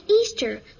Easter